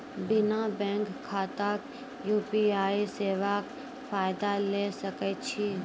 बिना बैंक खाताक यु.पी.आई सेवाक फायदा ले सकै छी?